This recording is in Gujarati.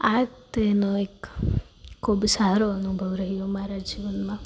આ તેનો એક ખૂબ સારો અનુભવ રહ્યો મારા જીવનમાં